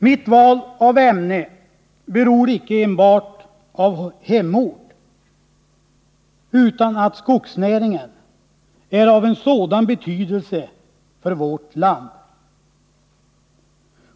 Mitt val av ämne beror icke enbart på min hemort, utan på att skogsnäringen är av så stor betydelse för vårt land.